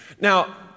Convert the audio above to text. Now